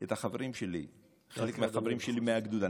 את החברים שלי חלק מהחברים שלי, מהגדוד.